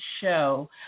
show